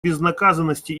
безнаказанности